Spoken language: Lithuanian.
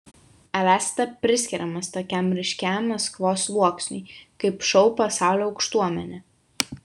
ar esate priskiriamas tokiam ryškiam maskvos sluoksniui kaip šou pasaulio aukštuomenė